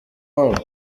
wabo